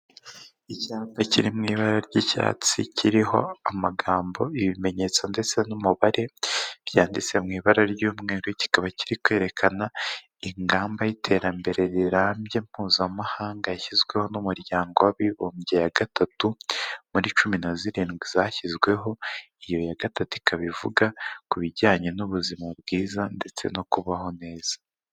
Icyapa kiri mu ibara ry'icyatsi kiriho amagambo, ibimenyetso ndetse n'umubare byanditse mu ibara ry'umweru, kikaba kiri kwerekana ingamba y'iterambere rirambye mpuzamahanga yashyizweho n'umuryango w'abibumbye ya gatatu, muri cumi na zirindwi zashyizweho, iyo ya gatatu ikaba ivuga ku bijyanye n'ubuzima bwiza ndetse no kubaho neza.